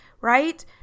right